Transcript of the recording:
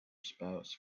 spouse